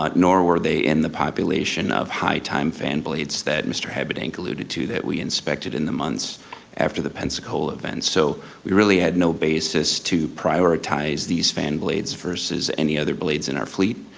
ah nor were they in the population of high time fan blades that mr. habedank alluded to that we inspected in the months after the pensacola event, so we really had no basis to prioritize these fan blades versus any other blades in our fleet.